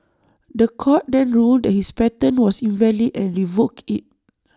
The Court then ruled that his patent was invalid and revoked IT